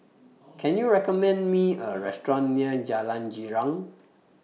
Can YOU recommend Me A Restaurant near Jalan Girang